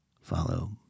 Follow